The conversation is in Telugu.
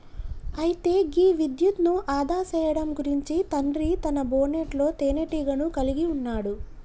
అయితే గీ విద్యుత్ను ఆదా సేయడం గురించి తండ్రి తన బోనెట్లో తీనేటీగను కలిగి ఉన్నాడు